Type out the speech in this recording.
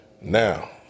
Now